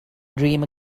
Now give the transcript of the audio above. dream